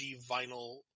vinyl